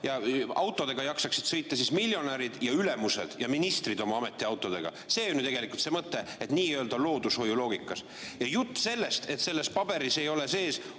ja autodega jaksaksid sõita [ainult] miljonärid, ülemused ja ministrid – oma ametiautodega. See on ju tegelikult mõte, n‑ö loodushoiu loogika. Ja jutt sellest, et selles paberis ei ole sees